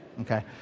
Okay